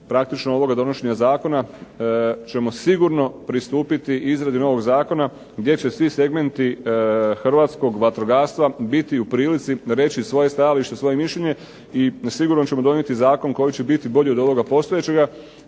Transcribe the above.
praktično ovoga donošenja Zakona ćemo sigurno pristupiti izradi novog Zakona gdje će svi segmenti Hrvatskog vatrogastva biti u prilici reći svoje stajalište, svoje mišljenje i sigurno ćemo donijeti Zakon koji će biti bolji od ovoga postojećega,